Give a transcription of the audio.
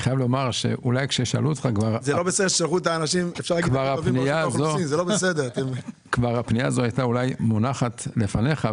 אני חייב לומר שהפנייה הזאת הייתה כבר מונחת לפניך,